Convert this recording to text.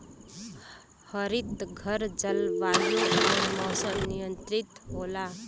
हरितघर जलवायु आउर मौसम नियंत्रित होला